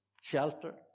shelter